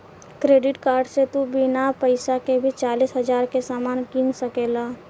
credit card से तू बिना पइसा के भी चालीस हज़ार के सामान किन सकेल